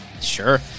Sure